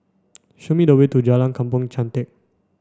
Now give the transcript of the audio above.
show me the way to Jalan Kampong Chantek